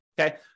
okay